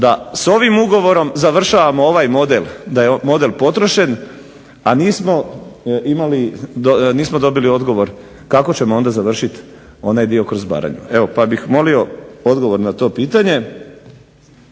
da s ovim ugovorom završavamo ovaj model, da je model potrošen a nismo imali, nismo dobili odgovor kako ćemo onda završiti onaj dio kroz Baranju pa bih molio odgovor na to pitanje,